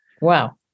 Wow